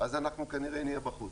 אז אנחנו כנראה נהיה בחוץ.